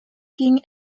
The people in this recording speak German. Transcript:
ging